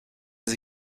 sie